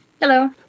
Hello